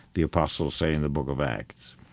the apostles say in the book of acts,